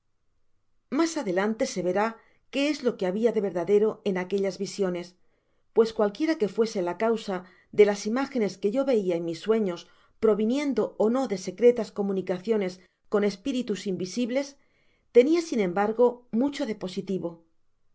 mas adelante se verá qué es lo que habia de verdadero en aquellas visiones pues cualquiera que fuese la causa de las imágenes que yo veia en mis sueños proviniendo ó no de secretas comunicaciones con espiritus invisibles tenia sin embargo mucho de positivo